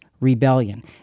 rebellion